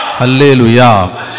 Hallelujah